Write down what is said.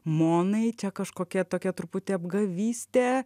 monai čia kažkokia tokia truputį apgavystė